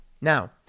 Now